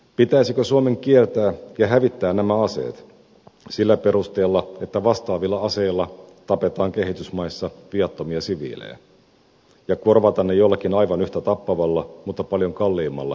pitäisikö suomen kieltää ja hävittää nämä aseet sillä perusteella että vastaavilla aseilla tapetaan kehitysmaissa viattomia siviilejä ja korvata ne jollakin aivan yhtä tappavalla mutta paljon kalliimmalla järjestelmällä